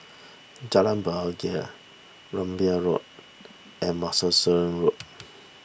Jalan Bahagia Rambai Road and Martlesham Road